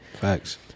Facts